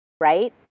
right